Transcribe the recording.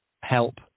help